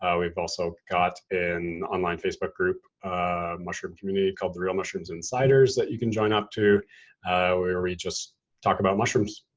ah we've also got an online facebook group, a mushroom community called the real mushrooms insiders that you can join up to where we just talk about mushrooms.